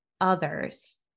others